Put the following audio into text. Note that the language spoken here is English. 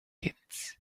kids